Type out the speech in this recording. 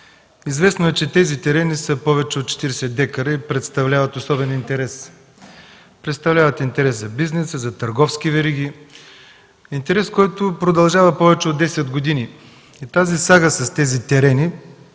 Известно е, че тези терени са повече от 40 декара и представляват особен интерес – представляват интерес за бизнеса, за търговски вериги, интерес, който продължава повече от десет години. Тази сага с тези терени,